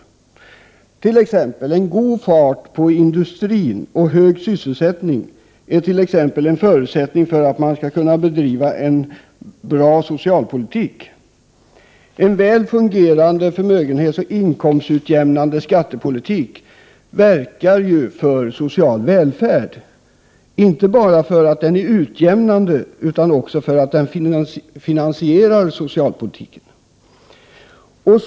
Man kan t.ex. säga att en god fart på industrin och hög sysselsättning är en förutsättning för att man skall kunna bedriva en bra socialpolitik. En väl fungerande förmögenhetsoch inkomstutjämnande skattepolitik verkar för social välfärd, inte bara för att den är utjämnande, utan också för att den finansierar socialpolitiken.